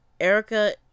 Erica